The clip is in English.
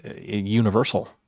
universal